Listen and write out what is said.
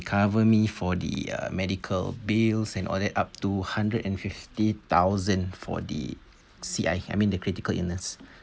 cover me for the uh medical bills and all that up to hundred and fifty thousand for the C_I I mean the critical illness